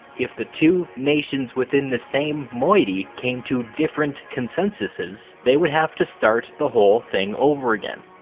if the two nations within the same moiety came to different consensuses, they would have to start the whole thing over again.